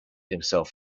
himself